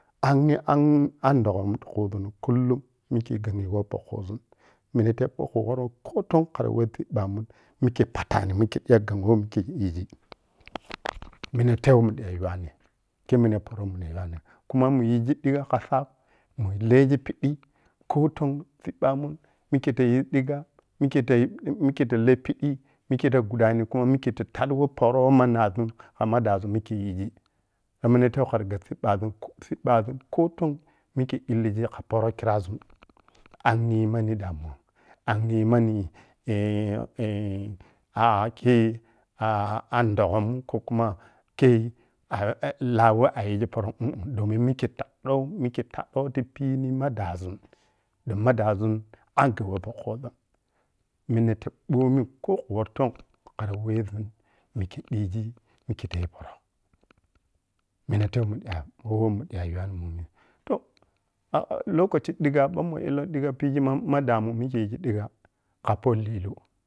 Angye an an doshum ti kuzumnan kullum mikhe ghanyi meh pokuzun mineta ɓokhe mohro koton kharu weh cibbam mikhe patani mikhe ɓi ghan me mikhe yishi mineta weh munda yiwani khuma muyiyhi ɗigha ka sab mun leghi pidi koton ciɓɓamu mikhe tayi ɓiga mikhe tayi mikhe ta leh piɓi, mikhe ta shudani kuma mikhe ta taddi woh poro woh manazun kamuna dazun mikhe yighi.ɗaminate kham sab cibbazun ko cibbazun koton mikhe chishi kha poro khi razun anghiye manni damumaangye wani eh-eh ake a ar do ghun ko kuma khe eh lah we ayaghi poro mmh-mmh domin mikhe taɓau, mikhe tasau ti pini ma dazun ɓon ma ɓazun angha mo pokuzun minete bomi ko khu wor ton khara wezu mikhe ɓighi mikhi tayi poro mineta weh munda woh weh munda ɓi yamani momuni to ana lokaci ɓigha bomu illa digha pighi ma na damu mikhe yighi disha ka pah hileu